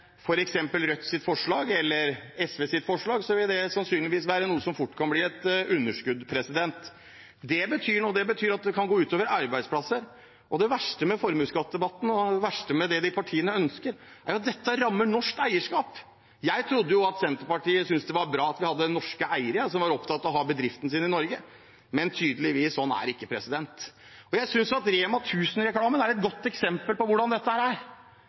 forslag eller SVs forslag kan det fort bli et underskudd. Det betyr noe, og det kan gå ut over arbeidsplasser. Det verste med formuesskattdebatten og det verste med det de partiene ønsker, er at dette rammer norsk eierskap. Jeg trodde Senterpartiet synes det er bra at vi har norske eiere som er opptatt av å ha bedriften sin i Norge. Men tydeligvis, slik er det ikke. Rema 1000-reklamen er et godt eksempel på hvordan dette er, når gutten sier «Doffen har daua» – gullfisken. Men hvis Rødt eller SV, eller kanskje de andre rød-grønne partiene, skulle få gjennomslag for sitt budsjett, er